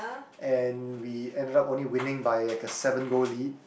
and we ended up only winning by like a seven goal lead